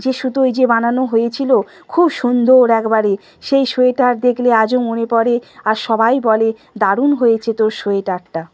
যে শুদু ওই যে বানানো হয়েছিলো খুব সুন্দর একবারে সেই সোয়েটার দেখলে আজও মনে পড়ে আর সবাই বলে দারুণ হয়েছে তোর সোয়েটারটা